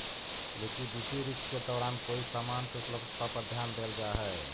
liquidity risk के दौरान कोई समान के उपलब्धता पर ध्यान देल जा हई